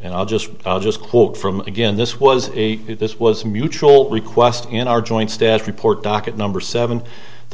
and i'll just i'll just quote from again this was a this was a mutual request in our joint staff report docket number seven the